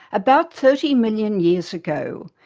about thirty million years ago,